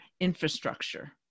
infrastructure